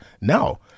no